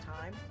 time